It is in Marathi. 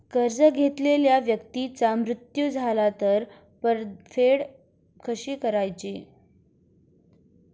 कर्ज घेतलेल्या व्यक्तीचा मृत्यू झाला तर परतफेड कशी करायची?